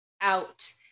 out